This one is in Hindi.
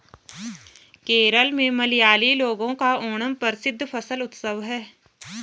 केरल में मलयाली लोगों का ओणम प्रसिद्ध फसल उत्सव है